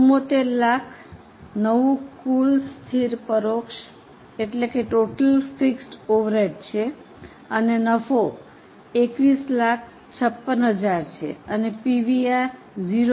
7400000 નવું કુલ સ્થિર પરોક્ષ છે અને નફો 2156000 છે અને પીવીઆર 0